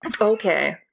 Okay